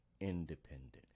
independent